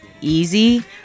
easy